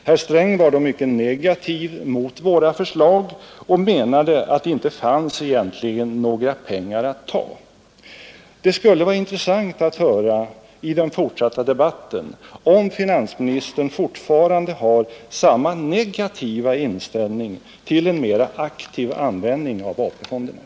Herr Sträng var då mycket negativ mot våra förslag och menade att det egentligen inte fanns några pengar att ta. Det skulle vara intressant att höra i den fortsatta debatten, om finansministern fortfarande har samma negativa inställning till en mera aktiv användning av AP-fonderna.